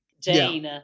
Jane